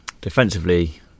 defensively